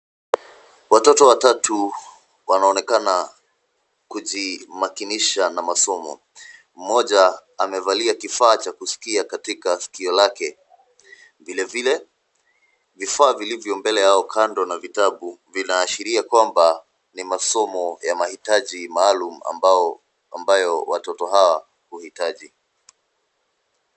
Watoto watatu wanaonekana kujimakinisha na masomo. Mmoja amevalia kifaa cha kusikia katika sikio lake. Vile vile, vifaa vilivyo mbele yao, kando na vitabu vinaashiria kwamba ni masomo ya mahitaji maalum ambayo watoto hawa huhitaji.